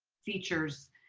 features